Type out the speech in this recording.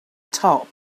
top